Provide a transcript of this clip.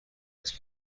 است